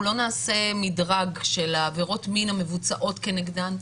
לא נעשה מדרג של העבירות מין המבוצעות כנגדן,